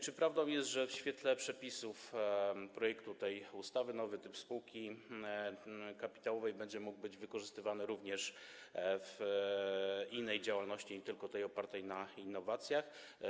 Czy prawdą jest, że w świetle przepisów projektu tej ustawy nowy typ spółki kapitałowej będzie mógł być wykorzystywany również w innej działalności, nie tylko tej opartej na innowacjach?